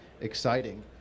exciting